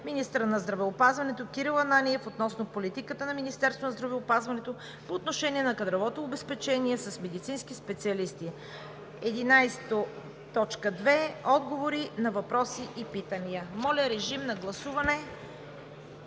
министъра на здравеопазването Кирил Ананиев относно политиката на Министерството на здравеопазването по отношение на кадровото обезпечение с медицински специалисти; 11.2. Отговори на въпроси и питания.“ Моля, режим на гласуване